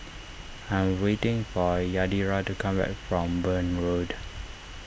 I am waiting for Yadira to come back from Burn Road